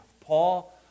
Paul